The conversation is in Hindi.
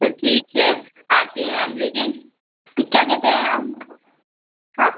तो ठीक है आते हैं हम लेकिन क्या कहते हैं हम हाँ